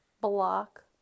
block